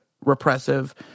repressive